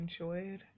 enjoyed